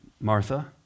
Martha